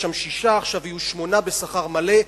יש שם שישה, עכשיו יהיו שמונה בשכר מלא.